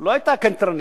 לא היתה קנטרנית.